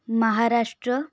Maharashtra